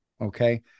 Okay